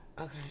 Okay